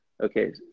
Okay